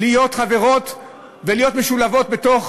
להיות חברות ולהיות משולבות בתוך